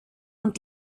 und